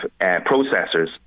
processors